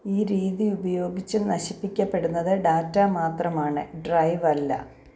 ഈ രീതി ഉപയോഗിച്ച് നശിപ്പിക്കപ്പെടുന്നത് ഡാറ്റ മാത്രമാണ് ഡ്രൈവല്ല